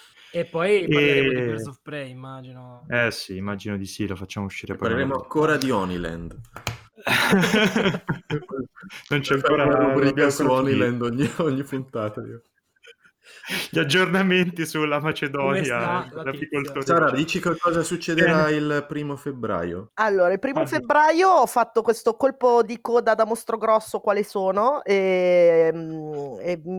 E poi parleremo di E- Birds of Prey, immagino. Eh sì, immagino di sì, lo facciamo uscire E poi parleremo magari. ancora di Honeyland. Non c'è Facciamo ancora- una non rubrica abbiamo su ancora finito. Honeyland ogni- ogni puntata, io. Gli aggiornamenti sulla Come Macedonia, sta eh, la la tizia? difficoltà. Sara, dici che cosa succederà Eh. il primo febbraio? Allora, il primo Ah, sì. febbraio ho fatto questo colpo di coda da mostro grosso, quale sono, ehm, e-